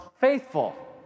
faithful